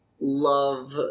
love